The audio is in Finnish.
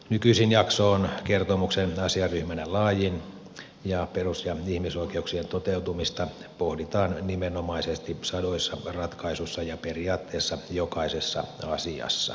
nykyisin jakso on kertomuksen asiaryhmänä laajin ja perus ja ihmisoikeuksien toteutumista pohditaan nimenomaisesti sadoissa ratkaisuissa ja periaatteessa jokaisessa asiassa